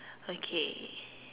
okay